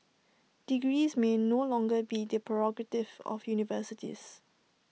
degrees may no longer be the prerogative of universities